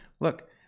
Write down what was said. look